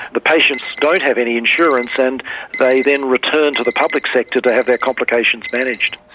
the patients don't have any insurance, and they then return to the public sector to have their complications managed.